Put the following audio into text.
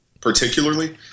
particularly